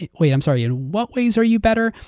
and wait, i'm sorry, in what ways are you better?